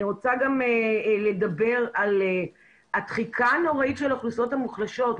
אני רוצה גם לדבר על הדחיקה הנוראית של האוכלוסיות המוחלשות.